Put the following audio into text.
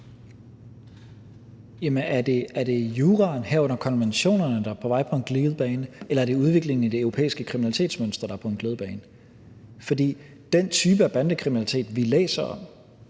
Er det juraen, herunder konventionerne, der er på vej ud på en glidebane, eller er det udviklingen i det europæiske kriminalitetsmønster, der er på en glidebane? Den type af bandekriminalitet, vi læser om,